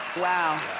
wow.